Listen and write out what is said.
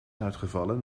uitgevallen